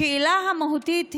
השאלה המהותית היא,